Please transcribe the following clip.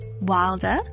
wilder